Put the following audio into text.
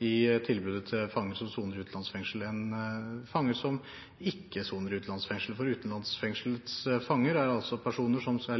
i tilbudet til fanger som soner i utlendingsfengsel, enn til fanger som ikke soner i utlendingsfengsel. Utlendingsfengselets